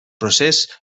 procés